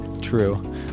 True